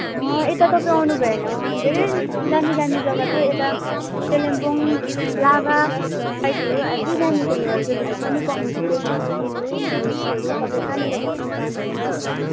यता तपाईँ आउनु भएन धेरै दामी दामी जग्गा छ यता कालिम्पोङ लाभा साइटहरू हेभी दामी छ नि होटलहरू पनि पाउनुहुन्छ रेस्टुरेन्टहरू होमस्टेहरू तपाईँ कहाँनिर बस्न चाहनुहुन्छ